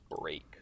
break